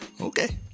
Okay